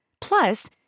Plus